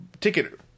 ticket